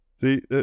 See